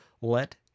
let